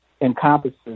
encompasses